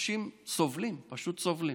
האנשים סובלים, פשוט סובלים.